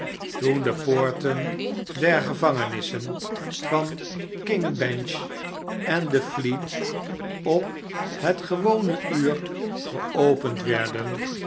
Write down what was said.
toen de poorten der gevangenissen van king bench en de fleet op het gewone uur geopend werden